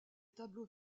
tableaux